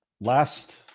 last